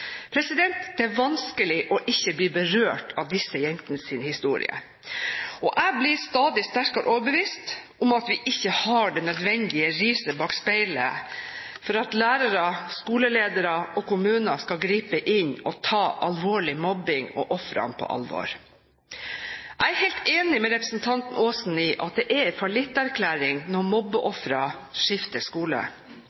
Det er vanskelig ikke å bli berørt av disse jentenes historie. Jeg blir stadig sterkere overbevist om at vi ikke har det nødvendige riset bak speilet for at lærere, skoleledere og kommuner skal gripe inn og ta alvorlig mobbing, og ofrene, på alvor. Jeg er helt enig med representanten Aasen i at det er en fallitterklæring når